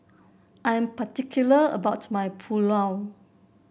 I am particular about my Pulao